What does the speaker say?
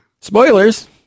Spoilers